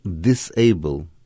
disable